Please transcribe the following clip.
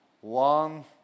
One